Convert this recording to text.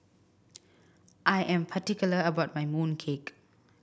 I am particular about my mooncake